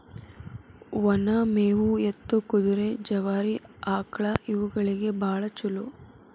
ಒನ ಮೇವು ಎತ್ತು, ಕುದುರೆ, ಜವಾರಿ ಆಕ್ಳಾ ಇವುಗಳಿಗೆ ಬಾಳ ಚುಲೋ